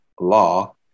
law